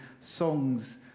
songs